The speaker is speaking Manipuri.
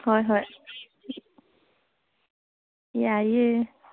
ꯍꯣꯏ ꯍꯣꯏ ꯌꯥꯏꯌꯦ